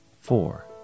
Four